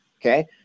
okay